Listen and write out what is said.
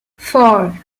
four